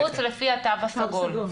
בחוץ לפי התו הסגול.